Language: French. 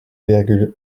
virgule